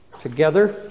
together